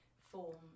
form